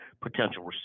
potential